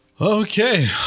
Okay